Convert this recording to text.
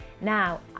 Now